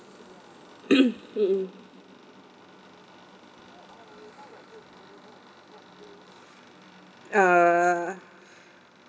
mmhmm uh